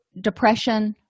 depression